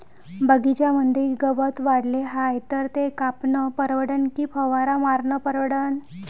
बगीच्यामंदी गवत वाढले हाये तर ते कापनं परवडन की फवारा मारनं परवडन?